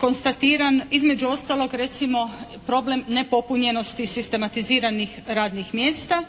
konstatiran između ostalog recimo problem nepopunjenosti sistematiziranih radnih mjesta